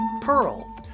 Pearl